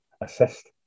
assist